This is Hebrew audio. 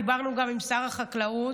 דיברנו גם עם שר החקלאות.